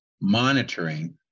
monitoring